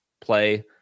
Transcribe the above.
play